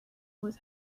was